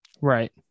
right